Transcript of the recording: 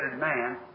man